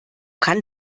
kann